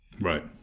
Right